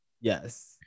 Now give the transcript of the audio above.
Yes